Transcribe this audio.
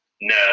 No